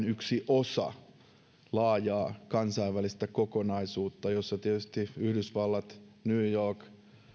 yksi osa laajaa kansainvälistä kokonaisuutta jossa tietysti yhdysvallat new york